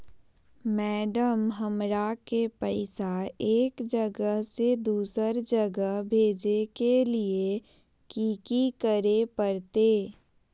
Madam, हमरा के पैसा एक जगह से दुसर जगह भेजे के लिए की की करे परते?